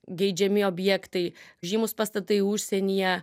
geidžiami objektai žymūs pastatai užsienyje